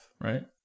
right